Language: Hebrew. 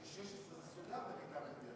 לא, אוסאמה, ל-2016 זה סודר, למיטב ידיעתי.